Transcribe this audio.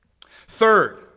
Third